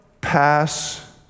pass